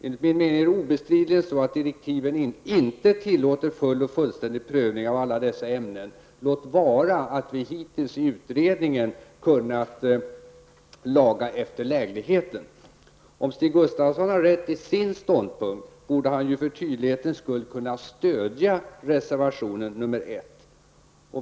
Enligt min mening är det obestridligt så att direktiven inte tillåter fullständig prövning av alla dessa frågor, låt vara att vi hittills i utredningen kunnat laga efter läglighet. Om Stig Gustafsson har rätt i sin ståndpunkt borde han ju för tydlighetens skull kunna stödja reservation 1.